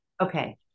Okay